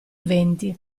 venti